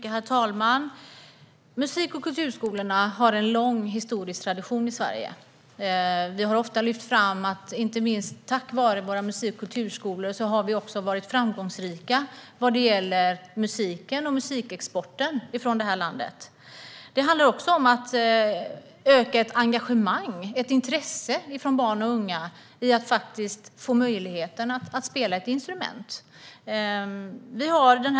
Herr talman! Musik och kulturskolorna har en lång historisk tradition i Sverige. Vi har ofta lyft fram att vi inte minst tack vare våra musik och kulturskolor har varit framgångsrika när det gäller musiken och musikexporten från det här landet. Det handlar också om att öka engagemanget och intresset hos barn och unga av att få möjligheten att spela ett instrument.